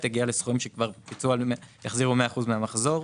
הגיע לסכומים שכבר החזירו 100% מן המחזור.